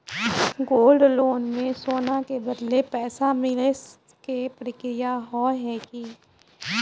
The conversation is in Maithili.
गोल्ड लोन मे सोना के बदले पैसा मिले के प्रक्रिया हाव है की?